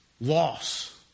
loss